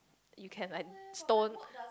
you can like stone